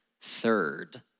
third